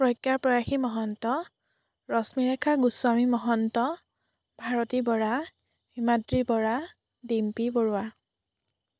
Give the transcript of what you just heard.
Pragya Prayasi Mahanta Rashmirekha Goswami Mahanta Bharati Bora Himadri Bora Dimpi Barua